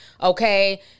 Okay